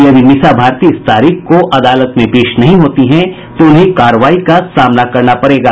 यदि मीसा भारती इस तारीख को अदालत में पेश नहीं होती हैं तो उन्हें कार्रवाई का सामना करना पड़ेगा